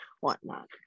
whatnot